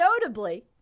notably